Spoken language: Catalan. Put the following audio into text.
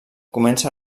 comença